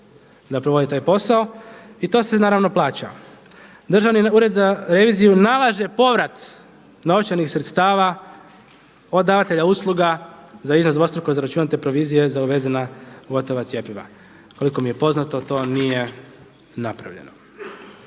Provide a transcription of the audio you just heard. zapravo vodi taj posao i to se naravno plaća. Državni ured za reviziju nalaže povrat novčanih sredstava od davatelja usluga za iznos dvostruko zaračunate provizije za uvezana gotova cjepiva. Koliko mi je poznato to nije napravljeno.